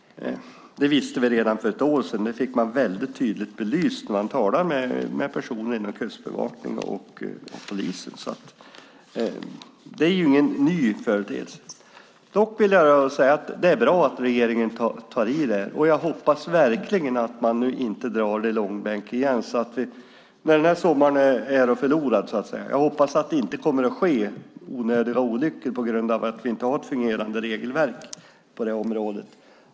Det fick man väldigt tydligt belyst när man talade med personer inom Kustbevakningen och polisen, så det är ingen ny företeelse. Dock vill jag säga att det är bra att regeringen tar tag i det här. Och jag hoppas verkligen att man nu inte drar frågan i långbänk igen så att den här sommaren går förlorad. Jag hoppas att det inte kommer att ske onödiga olyckor på grund av att vi inte har ett fungerande regelverk på det här området.